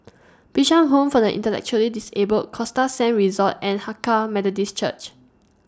Bishan Home For The Intellectually Disabled Costa Sands Resort and Hakka Methodist Church